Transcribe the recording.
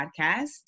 podcast